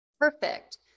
Perfect